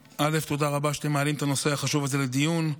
תודה רבה שאתם מעלים את הנושא החשוב הזה לדיון.